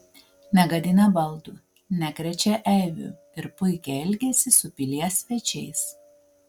negadina baldų nekrečia eibių ir puikiai elgiasi su pilies svečiais